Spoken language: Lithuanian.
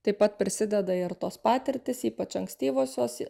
taip pat prisideda ir tos patirtys ypač ankstyvosios